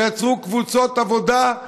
ויצרו קבוצות עבודה,